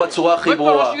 בפלילים.